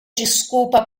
desculpa